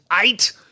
eight